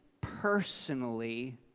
personally